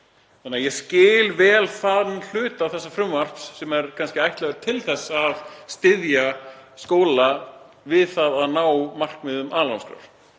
Þannig að ég skil vel þann hluta þessa frumvarps sem er kannski ætlaður til að styðja skóla í að ná markmiðum aðalnámskrár.